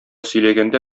сөйләгәндә